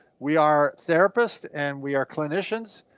we are therapists and we are clinicians,